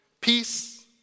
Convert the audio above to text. peace